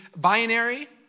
binary